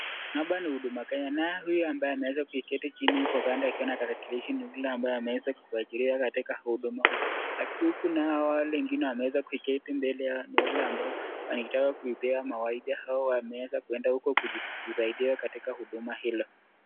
hapa ni huduma kenya naye huyu ambaye ameweza kuketi chini huku kando akiona tarakilishi ni yule ambaye ameweza kuajiriwa katika huduma huku. Huku nao wale wenguine wameweza kuiketi mbele yao ni wale ambao wanataka kupea mawaidha hawa watu wameweza kuenda uku kujisaidia katika huduma hilo.